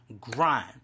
grind